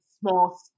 small